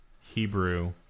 Hebrew